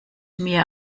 mir